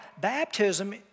baptism